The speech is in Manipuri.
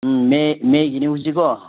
ꯎꯝ ꯃꯦ ꯃꯦꯒꯤꯅꯤ ꯍꯧꯖꯤꯛ ꯀꯣ